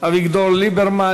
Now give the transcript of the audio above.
אביגדור ליברמן.